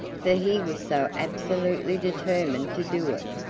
for he was so absolutely determined to do it.